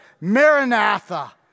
Maranatha